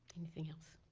anything else?